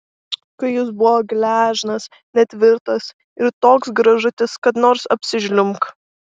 kai jis buvo gležnas netvirtas ir toks gražutis kad nors apsižliumbk